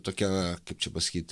tokia kaip čia pasakyt